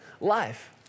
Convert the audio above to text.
life